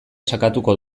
sakatuko